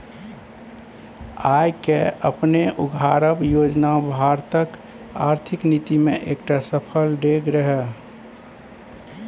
आय केँ अपने उघारब योजना भारतक आर्थिक नीति मे एकटा सफल डेग रहय